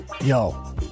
Yo